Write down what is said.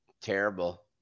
Terrible